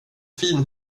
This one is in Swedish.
fin